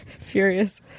Furious